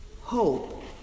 Hope